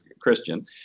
Christian